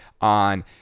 on